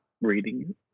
reading